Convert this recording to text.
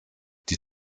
die